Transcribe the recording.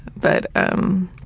but, um,